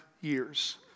years